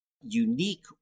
unique